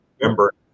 remember